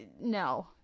no